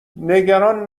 نگران